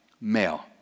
Male